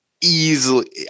easily